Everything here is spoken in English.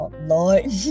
Lord